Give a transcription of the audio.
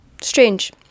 strange